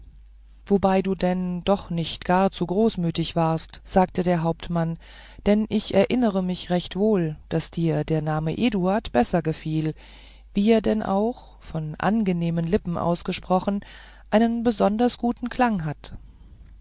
wobei du denn doch nicht gar zu großmütig warst sagte der hauptmann denn ich erinnere mich recht wohl daß dir der name eduard besser gefiel wie er denn auch von angenehmen lippen ausgesprochen einen besonders guten klang hat